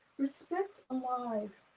respect alive,